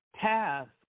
task